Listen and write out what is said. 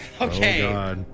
Okay